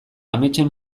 ametsen